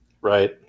Right